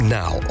now